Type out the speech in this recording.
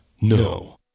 no